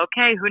okay